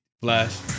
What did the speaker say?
flash